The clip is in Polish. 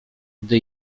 gdy